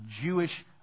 Jewish